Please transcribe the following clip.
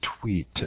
tweet